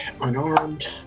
unarmed